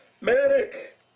Medic